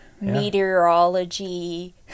Meteorology